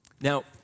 Now